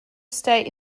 state